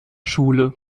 schule